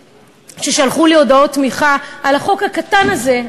ששלחו לי הודעות תמיכה על החוק הקטן הזה,